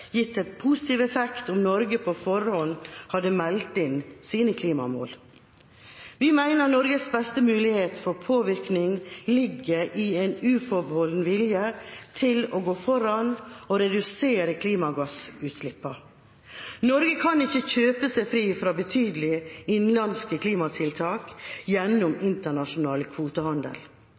gitt en positiv effekt om Norge på forhånd hadde meldt inn sine klimamål. Vi mener Norges beste mulighet for påvirkning ligger i en uforbeholden vilje til å gå foran og redusere klimagassutslippene. Norge kan ikke kjøpe seg fri fra betydelige innenlandske klimatiltak gjennom internasjonal kvotehandel.